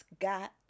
got